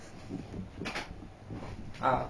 ah